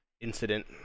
incident